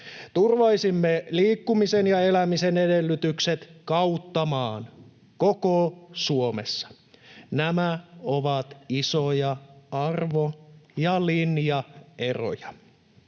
Turvaisimme liikkumisen ja elämisen edellytykset kautta maan, koko Suomessa. Nämä ovat isoja arvo- ja linjaeroja.